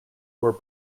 were